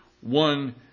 one